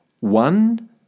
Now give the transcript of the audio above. One